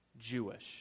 Jewish